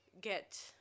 get